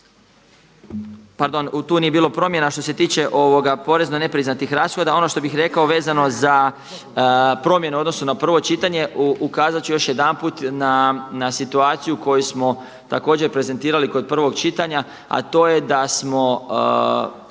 pardon, tu nije bilo promjena što se tiče porezno nepriznatih rashoda, ono što bih rekao vezano za promjenu u odnosu na prvo čitanje, ukazat ću još jedanput na situaciju koju smo također prezentirali kod prvog čitanja, a to je da smo